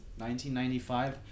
1995